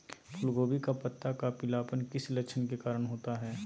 फूलगोभी का पत्ता का पीलापन किस लक्षण के कारण होता है?